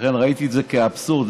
לכן ראיתי בזה אבסורד.